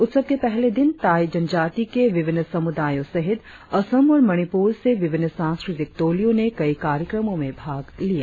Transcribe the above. उत्सव के पहले दिन ताइ जनजाती के विभिन्न समुदायों सहित असम और मणिपुर से विभिन्न सांस्कृतिक टोलियों ने कई कार्यक्रमों में भाग लिया